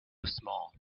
small